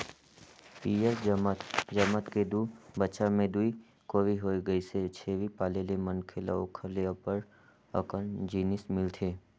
पियंर जमत जमत के दू बच्छर में दूई कोरी होय गइसे, छेरी पाले ले मनखे ल ओखर ले अब्ब्ड़ अकन जिनिस मिलथे